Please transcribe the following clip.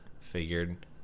figured